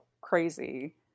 crazy